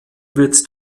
wird